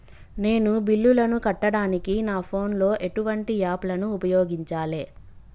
నేను బిల్లులను కట్టడానికి నా ఫోన్ లో ఎటువంటి యాప్ లను ఉపయోగించాలే?